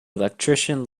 electrician